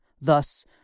Thus